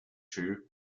two